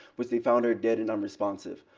which they found her dead and unresponsive.